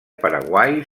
paraguai